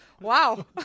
wow